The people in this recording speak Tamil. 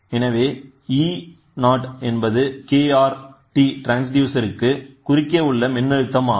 எனவே eo என்பது kRt ட்ரான்ஸ்டியூசர் க்கு குறுக்கே உள்ள மின்னழுத்தம் ஆகும்